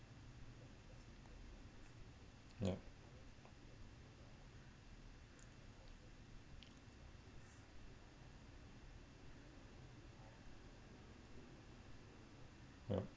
ya ya